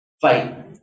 fight